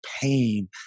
pain